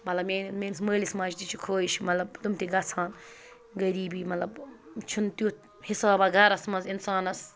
مطلب میٛٲنۍ میٛٲنِس مٲلِس ماجہِ تہِ چھِ خٲہِش مطلب تم تہِ گژھٕ ہَن غریٖبی مطلب چھِنہٕ تیُٚتھ حِسابہ گَرَس منٛز اِنسانَس